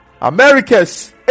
Americas